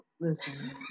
listen